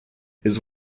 his